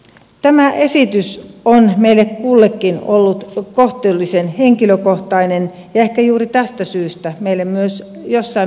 tämä esitys on meille kullekin ollut kohtuullisen henkilökohtainen ja ehkä juuri tästä syystä meille myös jossain määrin vaikea